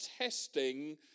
testing